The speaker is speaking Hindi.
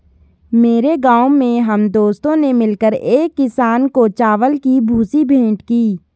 मेरे गांव में हम दोस्तों ने मिलकर एक किसान को चावल की भूसी भेंट की